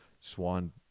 swan